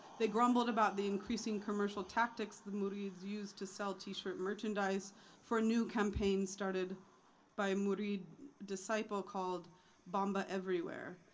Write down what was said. they grumbled about the increasing commercial tactics the murids used to sell t-shirt merchandise for new campaigns started by murid disciple called bamba everywhere,